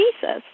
Jesus